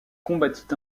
combattit